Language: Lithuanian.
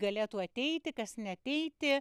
galėtų ateiti kas neateiti